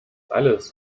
alles